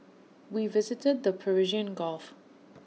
we visited the Persian gulf